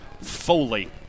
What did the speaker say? Foley